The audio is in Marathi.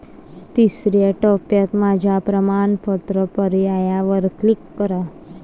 तिसर्या टप्प्यात माझ्या प्रमाणपत्र पर्यायावर क्लिक करा